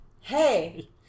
Hey